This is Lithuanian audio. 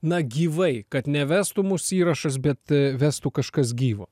na gyvai kad nevestų mus įrašas bet vestų kažkas gyvo